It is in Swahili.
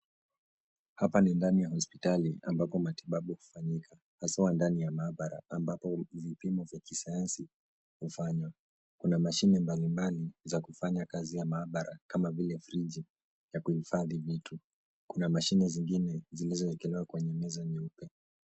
Hapa ni ndani ya hospitali ambapo matibabu hufanyika, hasa ndani ya maabara ambapo vipimo vya kisayansi hufanywa. Kuna mashine mbalimbali za kufanya kazi ya maabara kama vile friji ya kuhifadhi vitu. Kuna mashine zingine zilizowekelewa kwenye meza nyeupe.